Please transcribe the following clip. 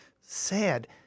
sad